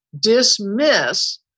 dismiss